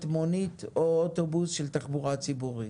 מונית או אוטובוס של תחבורה ציבורית.